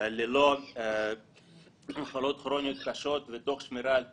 ללא מחלות כרוניות קשות ותוך שמירה על תפקוד.